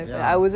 ya